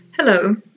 Hello